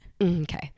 okay